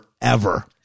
forever